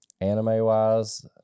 Anime-wise